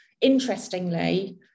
interestingly